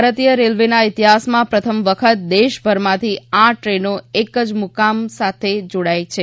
ભારતીય રેલવેના ઇતિહાસમાં પ્રથમ વખત દેશભરમાંથી આઠ ટ્રેનો એક જ મુકામ સાથે જોડાઇ છે